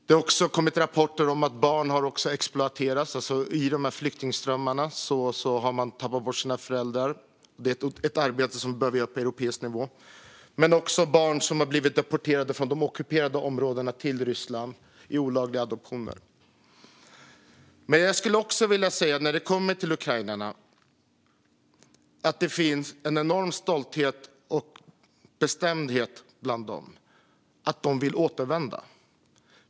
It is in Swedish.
Det har även kommit rapporter om att barn som tappat bort sina föräldrar har exploaterats i flyktingströmmarna. Det är fråga om ett arbete som behöver bedrivas på europeisk nivå. Det handlar också om barn som blivit deporterade från de ockuperade områdena till Ryssland genom olagliga adoptioner. Men jag skulle också vilja säga att det bland ukrainarna finns en enorm stolthet och bestämdhet - de vill återvända.